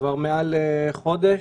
כבר מעל חודש.